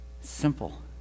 Simple